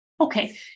Okay